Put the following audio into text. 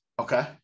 Okay